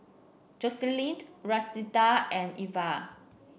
Joselin Rashida and Iva